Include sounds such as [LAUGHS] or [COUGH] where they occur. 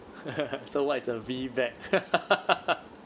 [LAUGHS] so what is a VBAC [LAUGHS]